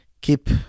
keep